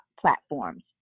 platforms